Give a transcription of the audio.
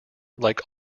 like